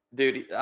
dude